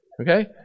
Okay